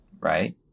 right